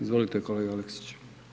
Izvolite kolega Aleksić.